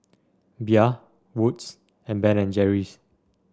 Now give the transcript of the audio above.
Bia Wood's and Ben and Jerry's